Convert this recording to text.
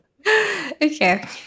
Okay